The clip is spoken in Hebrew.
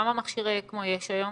כמה מכשירי אקמו יש היום?